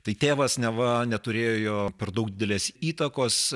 tai tėvas neva neturėjo per daug didelės įtakos